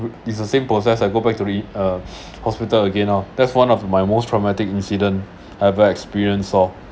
it's the same process I go back to the uh hospital again lor that's one of my most traumatic incident I've ever experienced so